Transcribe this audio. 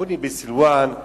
בונים בסילואן,